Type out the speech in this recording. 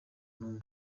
n’umwe